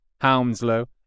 Hounslow